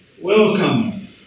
Welcome